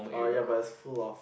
oh ya but it's full of